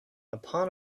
upon